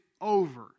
over